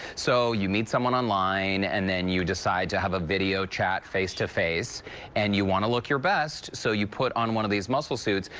so you meet someone online and then you decide to have a video chat face to face and you want to look your best so you put on one of these muscle suits.